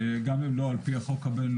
גם אם לא על פי החוק הבין-לאומי,